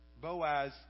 Boaz